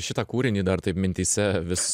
šitą kūrinį dar taip mintyse vis